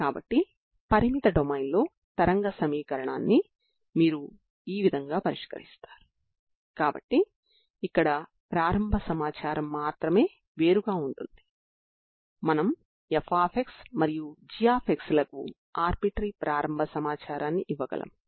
కాబట్టి ఈ పద్ధతి ద్వారా మీరు నిజంగా పరిష్కారాన్ని చూడవచ్చు మరియు ఈ సందర్భంలో కూడా ఎనర్జీ ఆర్గ్యుమెంట్ ద్వారా మీరు పరిష్కారం యొక్క ప్రత్యేకతను చూపించవచ్చు